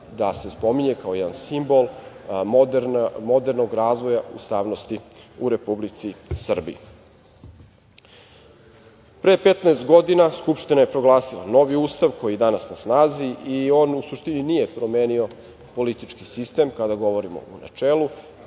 da se spominje kao jedan simbol modernog razvoja ustavnosti u Republici Srbiji. Pre 15 godina Skupština je proglasila novi Ustav koji je i danas na snazi. U suštini, on nije promenio politički sistem, kada govorimo u načelu,